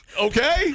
okay